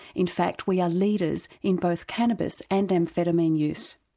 in fact we are leaders in both cannabis and amphetamine use.